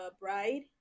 bride